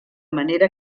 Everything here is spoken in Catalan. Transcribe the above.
manera